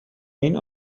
این